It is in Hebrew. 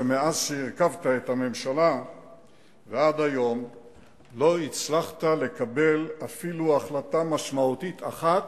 שמאז הרכבת את הממשלה ועד היום לא הצלחת לקבל אפילו החלטה משמעותית אחת,